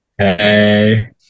Hey